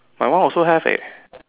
my one also have eh